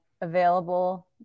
available